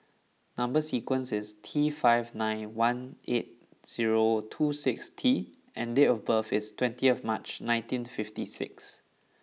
number sequence is T five nine one eight zero two six T and date of birth is twentieth March nineteen fifty six